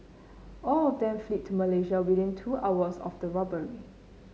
all of them fled to Malaysia within two hours of the robbery